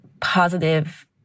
positive